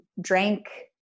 drank